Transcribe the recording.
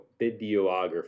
videographer